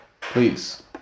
Please